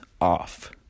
off